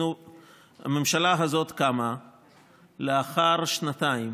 הממשלה הזאת קמה לאחר שנתיים